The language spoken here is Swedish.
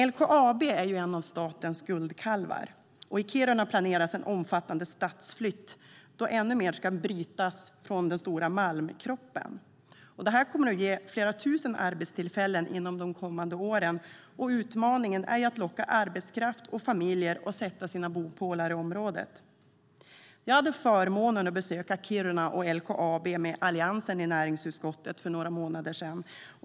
LKAB är en av statens guldkalvar, och i Kiruna planeras en omfattande stadsflytt då ännu mer ska brytas från den stora malmkroppen. Det kommer att ge flera tusen arbetstillfällen inom de kommande åren. Utmaningen är att locka arbetskraft och familjer att sätta ned sina bopålar i området. Jag hade förmånen att besöka Kiruna och LKAB med Alliansen i näringsutskottet för några månader sedan.